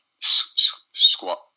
squat